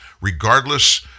regardless